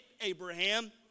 Abraham